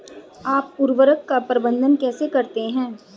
आप उर्वरक का प्रबंधन कैसे करते हैं?